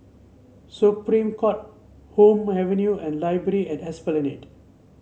Supreme Court Hume Avenue and Library at Esplanade